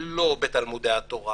לא בתלמודי התורה